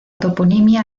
toponimia